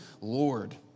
Lord